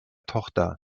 tochter